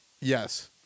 Yes